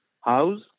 house